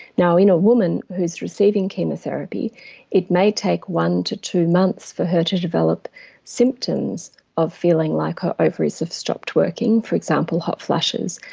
now in a woman who's receiving chemotherapy it may take one to two months for her to develop symptoms of feeling like her ovaries have stopped working, for example hot flushes,